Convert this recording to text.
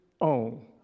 own